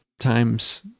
times